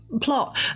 plot